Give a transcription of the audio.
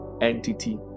entity